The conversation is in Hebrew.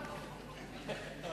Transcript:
כשאתה תעלה לכאן תוכל לספר את חוויותיך.